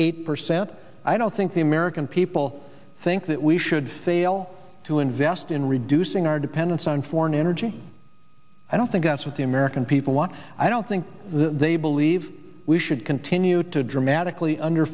eight percent i don't think the american people think that we should fail to invest in reducing our dependence on foreign energy i don't think that's what the american people want i don't think they believe we should continue to dramatically under